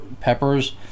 Peppers